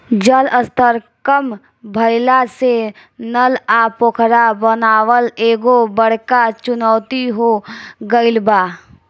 जल स्तर कम भइला से नल आ पोखरा बनावल एगो बड़का चुनौती हो गइल बा